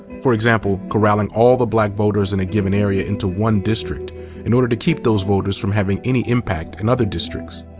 for example, corralling all the black voters in a given area into one district in order to keep those voters from having any impact in other districts.